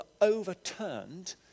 overturned